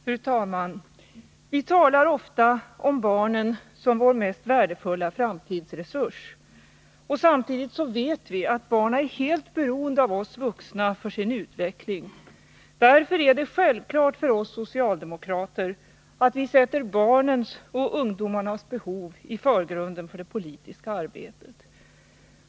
Fru talman! Vi talar ofta om barnen som vår mest värdefulla framtidsresurs. Samtidigt vet vi att barnen är helt beroende av oss vuxna för sin utveckling. Därför är det självklart för oss socialdemokrater att sätta barnens och ungdomarnas behov i förgrunden för det politiska arbetet.